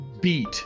beat